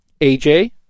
AJ